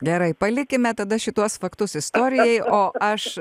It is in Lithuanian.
gerai palikime tada šituos faktus istorijai o aš